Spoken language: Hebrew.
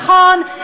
נכון,